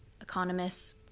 economists